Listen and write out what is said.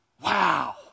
Wow